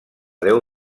deu